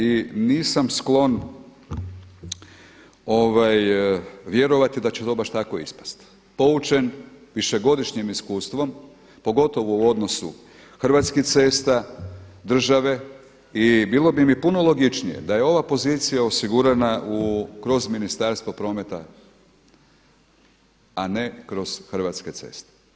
I nisam sklon vjerovati da će to baš tako ispasti poučen višegodišnjim iskustvom pogotovo u odnosu Hrvatskih cesta, države i bilo bi mi puno logičnije da je ova pozicija osigurana kroz Ministarstvo prometa, a ne kroz Hrvatske ceste.